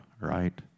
right